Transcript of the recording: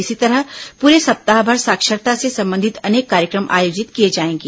इसी तरह प्ररे सप्ताहभर साक्षरता से संबंधित अनेक कार्यक्रम आयोजित किए जाएंगे